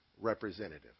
representative